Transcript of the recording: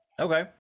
Okay